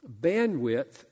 bandwidth